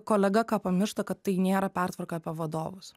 kolega ką pamiršta kad tai nėra pertvarka apie vadovus